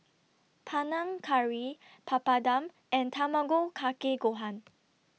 Panang Curry Papadum and Tamago Kake Gohan